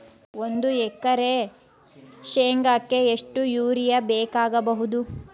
ಒಂದು ಎಕರೆ ಶೆಂಗಕ್ಕೆ ಎಷ್ಟು ಯೂರಿಯಾ ಬೇಕಾಗಬಹುದು?